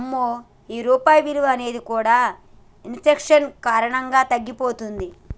అమ్మో ఈ రూపాయి విలువ అనేది కూడా ఇన్ఫెక్షన్ కారణంగా తగ్గిపోతుంది